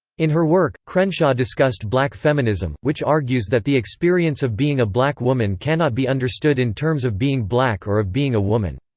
in her work, crenshaw discussed black feminism, which argues that the experience of being a black woman cannot be understood in terms of being black or of being a woman.